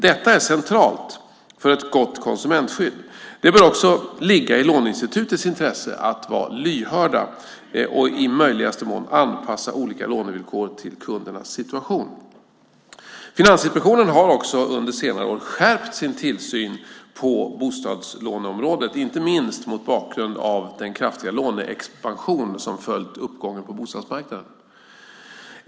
Detta är centralt för ett gott konsumentskydd. Det bör också ligga i låneinstitutens intresse att vara lyhörda och i möjligaste mån anpassa olika lånevillkor till kundernas situation. Finansinspektionen har också under senare år skärpt sin tillsyn på bostadslåneområdet, inte minst mot bakgrund av den kraftiga låneexpansion som följt uppgången på bostadsmarknaden.